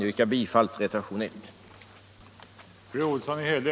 Jag yrkar bifall till reservationen 1.